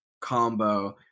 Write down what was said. combo